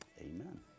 amen